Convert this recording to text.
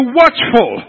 watchful